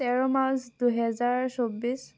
তেৰ মাৰ্চ দুহেজাৰ চৌব্বিছ